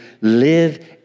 live